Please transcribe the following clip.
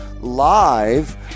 live